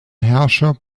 herrscher